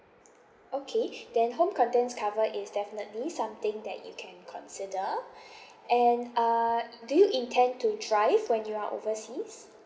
okay then home contents cover is definitely something that you can consider and uh do you intend to drive when you are overseas